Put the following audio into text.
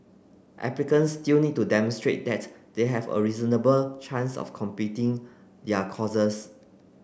applicants still need to demonstrate that they have a reasonable chance of completing their courses